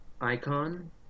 Icon